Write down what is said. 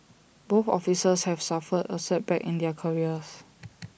both officers have suffered A setback in their careers